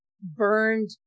burned